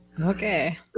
Okay